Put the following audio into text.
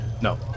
No